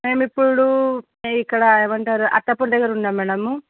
మేము ఇప్పుడు నేను ఇక్కడ ఏమంటారు అత్తాపూర్ దగ్గర ఉన్నాం మ్యాడము